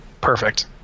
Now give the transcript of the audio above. perfect